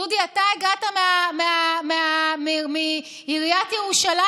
דודי, אתה הגעת מעיריית ירושלים.